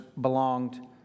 belonged